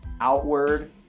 outward